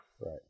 Right